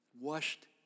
washed